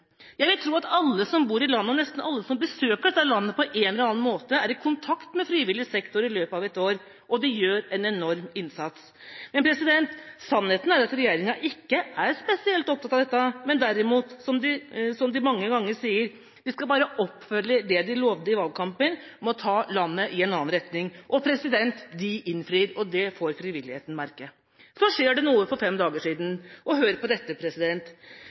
Jeg vil tro at alle som bor i landet – og nesten alle som besøker dette landet – på en eller annen måte er i kontakt med frivillig sektor i løpet av et år, og de frivillige gjør en enorm innsats. Men sannheten er at regjeringa ikke er spesielt opptatt av dette, men derimot, som den mange ganger sier: Vi skal bare oppfylle det vi lovet i valgkampen om å ta landet i en annen retning. – De innfrir, og det får frivilligheten merke. Så skjedde det noe for fem dager siden – og hør på dette: